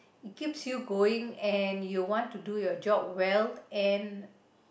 it keeps you going and you want to do your job well and